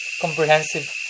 comprehensive